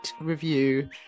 review